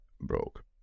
broke